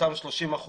אותם 30%,